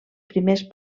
primers